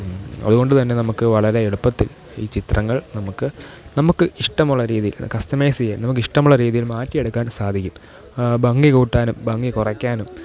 അതുകൊണ്ടു തന്നെ നമുക്ക് വളരെ എളുപ്പത്തിൽ ഈ ചിത്രങ്ങൾ നമുക്ക് നമുക്ക് ഇഷ്ടമുള്ള രീതിയിൽ കസ്റ്റമൈസ്യ്യാൻ നമുക്ക് ഇഷ്ടമുള്ള രീതിയിൽ മാറ്റിയെടുക്കാൻ സാധിക്കും ഭംഗി കൂട്ടാനും ഭംഗി കുറയ്ക്കാനും